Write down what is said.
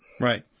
Right